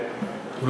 גברתי,